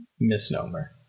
misnomer